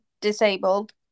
disabled